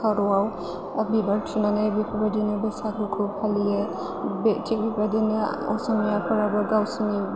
खर'आव बिबार थुनानै बेफोरबायदिनो बैसागुखौ फालियो थिख बेबायदिनो असमियाफोराबो गावसोरनि